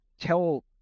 tell